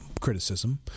criticism